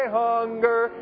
hunger